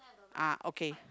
ah okay